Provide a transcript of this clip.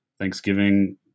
thanksgiving